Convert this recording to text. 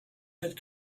had